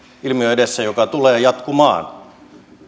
ilmiön edessä joka tulee jatkumaan